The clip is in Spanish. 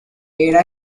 era